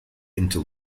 into